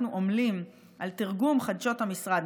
אנחנו עמלים על תרגום חדשות המשרד,